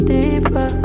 Deeper